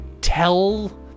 tell